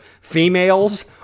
females